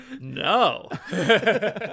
No